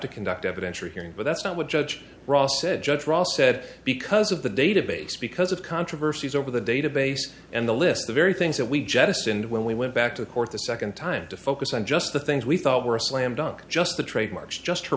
to conduct evidentiary hearing but that's not what judge ross said judge ross said because of the database because of controversies over the database and the list the very things that we jettisoned when we went back to court the second time to focus on just the things we thought were a slam dunk just the trademarks just her